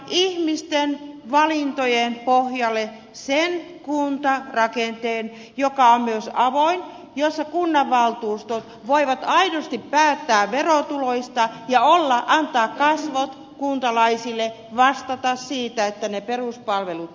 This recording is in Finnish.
hallitus haluaa rakentaa ihmisten valintojen pohjalle sen kuntarakenteen joka on myös avoin ja jossa kunnanvaltuustot voivat aidosti päättää verotuloista ja antaa kasvot kuntalaisille vastata siitä että ne peruspalvelut turvataan